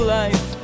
life